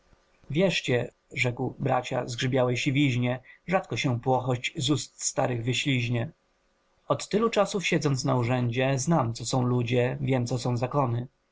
wierzcie rzekł bracia zgrzybiałej siwiznie rzadko się płochość z ust starych wyśliznie od tylu czasów siedząc na urzędzie znam co są ludzie wiem co są zakony